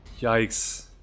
Yikes